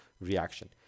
reaction